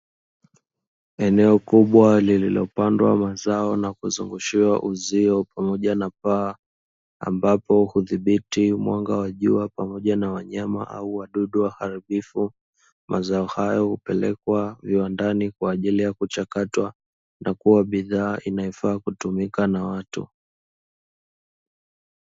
Eneo kubwa lililopandwa mazao na kuzungushiwa uzio pamoja na paa ambapo kudhibiti mwanga wa jua pamoja na wanyama au wadudu waharibifu, mazao hayo hupelekwa viwandani kwa ajili ya kuchakatwa na kuwa bidhaa inayofaa kutumika na watu.